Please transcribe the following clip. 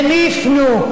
למי יפנו?